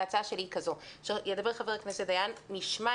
אני מסכים.